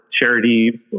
charity